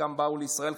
חלקם באו לישראל,